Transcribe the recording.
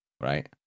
right